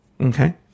Okay